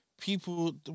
people